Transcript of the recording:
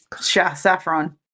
Saffron